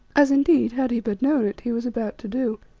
as indeed, had he but known it, he was about to do.